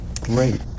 Great